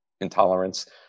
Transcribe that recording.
intolerance